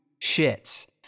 shits